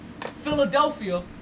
Philadelphia